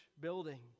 building